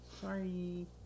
Sorry